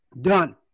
Done